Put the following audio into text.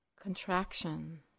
contraction